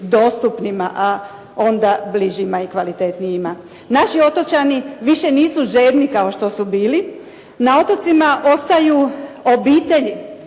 a onda bližima i kvalitetnijima. Naši otočani više nisu žedni kao što su bili. Na otocima ostaju obitelji.